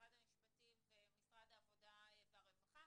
משרד המשפטים ומשרד העבודה והרווחה.